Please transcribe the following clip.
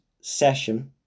session